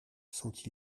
sentit